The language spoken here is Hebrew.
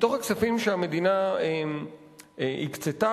מתוך הכספים שהמדינה הקצתה,